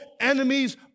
enemies